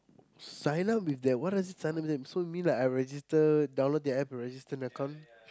sign up with them what does sign up with them so mean like I register download the App register an account